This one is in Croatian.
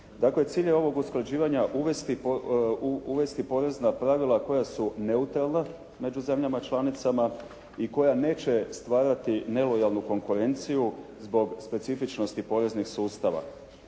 Dakle cilj je ovog usklađivanja uvesti porezna pravila koja su neutralna među zemljama članicama i koja neće stvarati nelojalnu konkurenciju zbog specifičnosti poreznih sustava.